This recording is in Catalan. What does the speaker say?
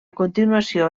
continuació